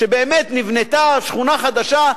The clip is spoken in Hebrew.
שבאמת נבנתה שכונה חדשה,